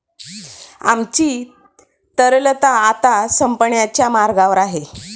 आमची तरलता आता संपण्याच्या मार्गावर आहे